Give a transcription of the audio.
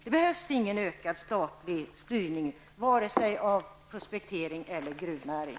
Det behövs ingen ökad statlig styrning vare sig av prospektering eller av gruvnäring.